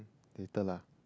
later lah